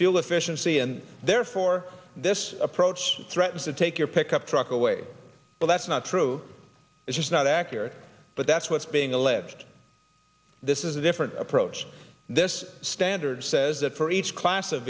fuel efficiency and therefore this approach threatens to take your pickup truck away but that's not true it's just not accurate but that's what's being alleged this is a different approach this standard says that for each class of